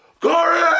Corey